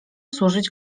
służyć